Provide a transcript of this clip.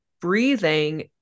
breathing